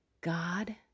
God